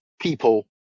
people